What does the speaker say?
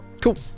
Cool